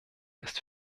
ist